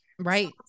right